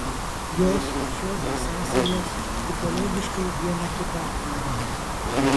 jos šiodvi sąsajos tipologiškai viena kitą paremia